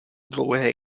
dlouhé